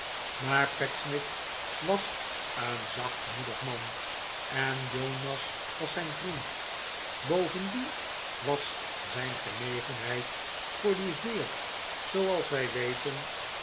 maar pecksniff was een zachtmoedig man en jonas was zijn vriend bovendien was zijn genegenheid voor dien heer zooals wij weten